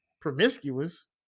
promiscuous